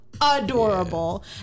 adorable